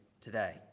today